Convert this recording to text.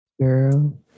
girl